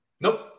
Nope